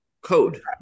code